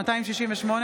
הרחבת הגדרת הגזענות),